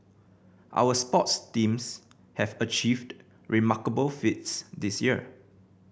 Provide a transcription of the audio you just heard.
our sports teams have achieved remarkable feats this year